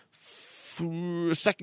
second